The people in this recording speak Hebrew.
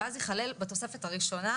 ואז ייכלל בתוספת הראשונה